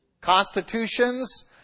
Constitutions